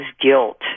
guilt